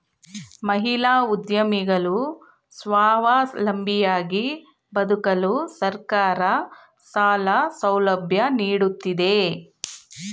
ಮಹಿಳಾ ಉದ್ಯಮಿಗಳು ಸ್ವಾವಲಂಬಿಯಾಗಿ ಬದುಕಲು ಸರ್ಕಾರ ಸಾಲ ಸೌಲಭ್ಯ ನೀಡುತ್ತಿದೆ